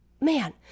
man